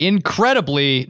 Incredibly